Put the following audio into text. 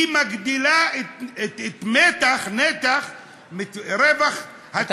היא מגדילה את נתח הרווח, הטווח של הבנקים.